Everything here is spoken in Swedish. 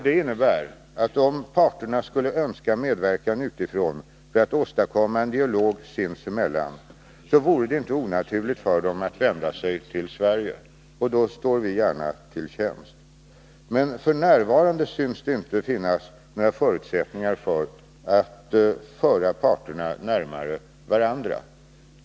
Det innebär att om parterna skulle önska medverkan utifrån för att åstadkomma en dialog sinsemellan, vore det inte onaturligt för dem att vända sig till Sverige. Och då står vi gärna till tjänst. Men f. n. synes det inte finnas några förutsättningar för att föra parterna närmare varandra.